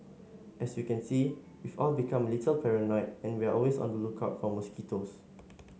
as you can see we've all become a little paranoid and we're always on the lookout for mosquitoes